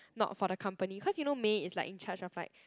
not for the company cause you know May is like in charge of like